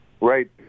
Right